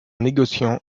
négociant